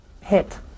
hit